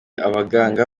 abaganga